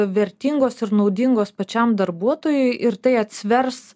vertingos ir naudingos pačiam darbuotojui ir tai atsvers